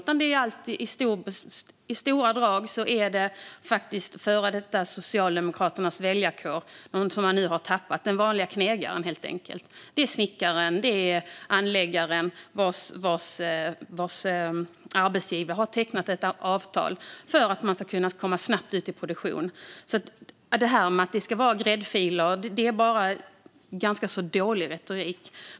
I stora drag är det Socialdemokraternas före detta väljarkår, den som man nu har tappat - den vanliga knegaren, helt enkelt. Det är snickaren eller anläggaren vars arbetsgivare har tecknat ett avtal för att man snabbt ska kunna komma ut i produktion. Att det skulle vara gräddfiler är bara ganska dålig retorik.